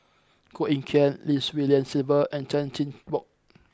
Koh Eng Kian Lim Swee Lian Sylvia and Chan Chin Bock